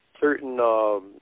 Certain